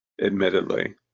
admittedly